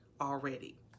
already